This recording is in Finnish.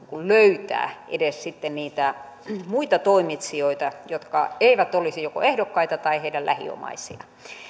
löytää edes niitä muita toimitsijoita jotka eivät olisi joko ehdokkaita tai heidän lähiomaisiaan